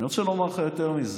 אני רוצה לומר לך יותר מזה,